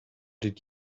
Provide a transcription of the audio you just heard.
did